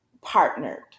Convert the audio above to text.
partnered